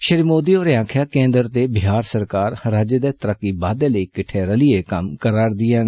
श्री मोदी होरें आक्खेआ केन्द्र ते बिहार सरकार राज्य दे तरक्की बाद्दे लेई किट्ठे रलियै कम्म करै दियां न